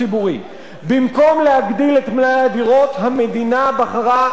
במקום להגדיל את מלאי הדירות, המדינה בחרה להפחית